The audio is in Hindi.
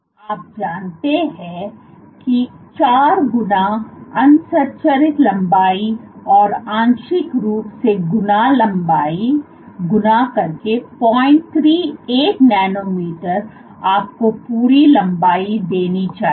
तो आप जानते हैं कि 4 गुणा असंरक्षित लंबाई और आंशिक रूप से गुना लंबाई गुणा करके 038 नैनोमीटर आपको पूरी लंबाई देनी चाहिए